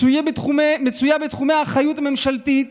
מצויים בתחומי האחריות הממשלתית,